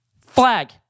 Flag